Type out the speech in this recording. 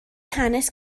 hanes